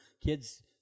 kids